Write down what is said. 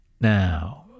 Now